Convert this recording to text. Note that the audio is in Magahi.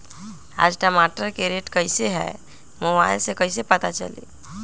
आज टमाटर के रेट कईसे हैं मोबाईल से कईसे पता चली?